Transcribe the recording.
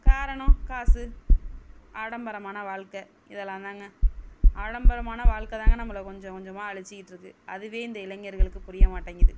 காரணம் காசு ஆடம்பரமான வாழ்க்கை இதெல்லாம் தாங்க ஆடம்பரமான வாழ்க்கை தாங்க நம்மளை கொஞ்சம் கொஞ்சமாக அழிச்சிகிட்டிருக்கு அதுவே இந்த இளைஞர்களுக்கு புரிய மாட்டேங்கிறது